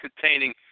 containing